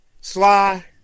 Sly